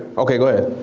okay go ahead.